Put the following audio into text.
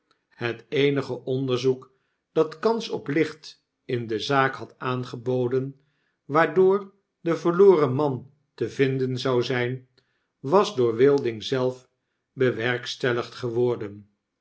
het eenige onderzoek dat kans op licht in de zaak had aangeboden waardoor de verloren man te vinden zou zgn was door wilding zelf bewerkstelligd geworden